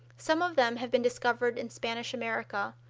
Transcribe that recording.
some of them have been discovered in spanish america,